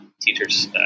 teachers